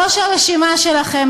ראש הרשימה שלכם,